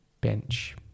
bench